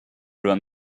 run